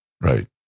right